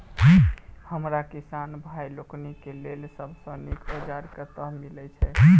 हमरा किसान भाई लोकनि केँ लेल सबसँ नीक औजार कतह मिलै छै?